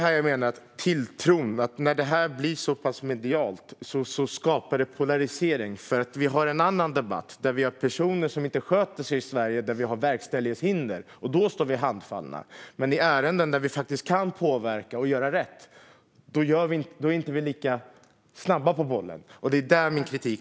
När sådant här blir medialt skapar det polarisering. Det finns en annan debatt om personer som inte sköter sig och där vi har verkställighetshinder och därför står handfallna. Men i ärenden där vi faktiskt kan påverka och göra rätt är vi inte tillräckligt snabba på bollen, och däri ligger min kritik.